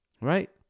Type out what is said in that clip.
Right